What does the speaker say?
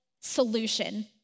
solution